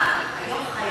היו צריכים, אבחנה.